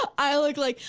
i look like,